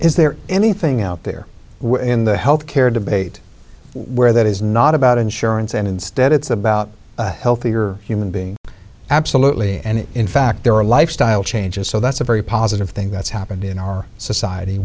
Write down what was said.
is there anything out there in the health care debate where that is not about insurance and instead it's about healthier human being absolutely and in fact there are lifestyle changes so that's a very positive thing that's happened in our society